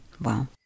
Wow